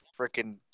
freaking